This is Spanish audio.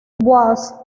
watts